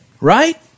Right